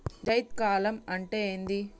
జైద్ కాలం అంటే ఏంది?